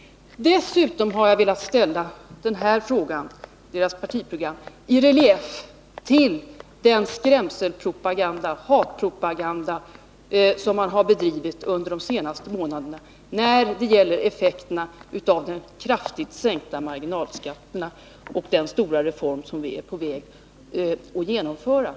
Dessutom har jag velat ställa den här frågan i deras partiprogram i relief till den skrämseloch hatpropaganda som de har bedrivit under de senaste månaderna när det gäller effekterna av de kraftigt sänkta marginalskatterna och den stora skattereform som vi är på väg att genomföra.